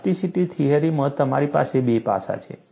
plasticity થિયરીમાં તમારી પાસે બે પાસાં છે